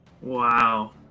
Wow